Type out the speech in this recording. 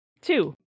Two